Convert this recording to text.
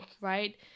right